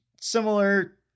similar